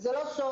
זה לא סוד,